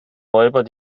räuber